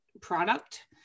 product